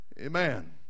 Amen